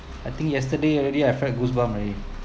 I think yesterday already I felt goosebumps already